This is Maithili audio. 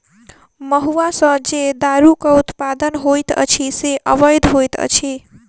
महुआ सॅ जे दारूक उत्पादन होइत अछि से अवैध होइत अछि